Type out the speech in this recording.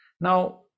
now